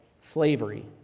slavery